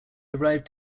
arrived